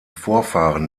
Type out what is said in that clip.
vorfahren